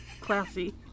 Classy